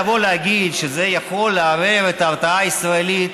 לבוא להגיד שזה יכול לערער את ההרתעה הישראלית,